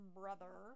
brother